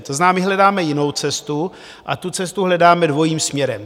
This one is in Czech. To znamená, hledáme jinou cestu a tu cestu hledáme dvojím směrem.